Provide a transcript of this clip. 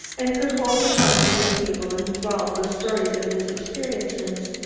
and could hold a company of people enthralled with stories of his experiences.